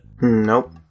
Nope